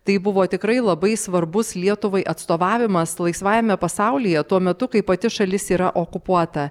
tai buvo tikrai labai svarbus lietuvai atstovavimas laisvajame pasaulyje tuo metu kai pati šalis yra okupuota